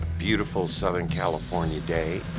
beautiful southern california day.